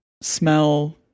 smell